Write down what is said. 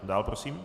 Dál, prosím.